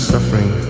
Suffering